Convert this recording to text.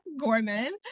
Gorman